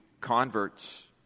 converts